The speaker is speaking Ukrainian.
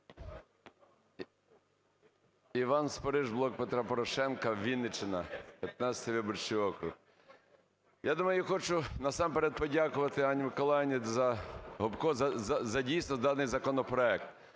Іван Спориш, "Блок Петра Порошенка", Вінниччина, 15 виборчий округ. Я думаю, я хочу насамперед подякувати Ганні МиколаївніГопко за дійсно даний законопроект.